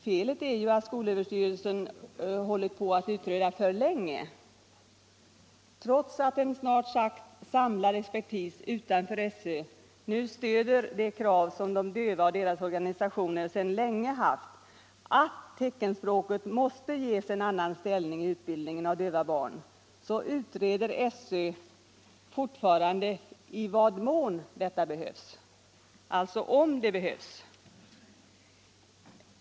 Felet är ju att skol Överstyrelsen har hållit på att utreda detta för länge. Trots att en snart sagt samlad expertis utanför SÖ stöder de krav som de döva och deras organisationer sedan länge haft, nämligen att teckenspråket måste ges en annan ställning i utbildningen av döva barn, så utreder SÖ fortfarande i vad mån detta behövs, alltså om det behövs.